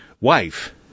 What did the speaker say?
wife